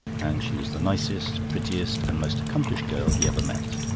and she was the nicest, prettiest, and most accomplished girl he ever met.